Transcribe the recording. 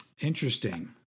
Interesting